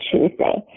Tuesday